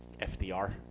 FDR